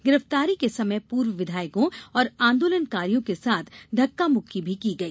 गिरफ्तारी के समय पूर्व विधायकों और आंदोलनकारियों के साथ धक्का मुक्की भी की गई